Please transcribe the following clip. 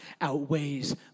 outweighs